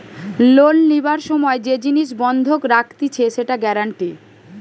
loan লিবার সময় যে জিনিস বন্ধক রাখতিছে সেটা গ্যারান্টি